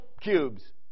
cubes